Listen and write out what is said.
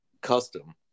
custom